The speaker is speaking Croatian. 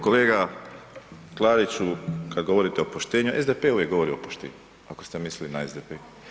Kolega Klariću, kad govorite o poštenju, SDP uvijek govori o poštenju, ako ste mislili na SDP.